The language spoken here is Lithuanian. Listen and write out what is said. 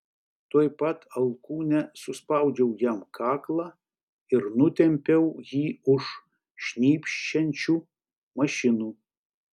tuoj pat alkūne suspaudžiau jam kaklą ir nutempiau jį už šnypščiančių mašinų